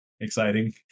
Exciting